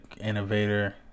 innovator